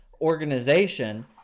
organization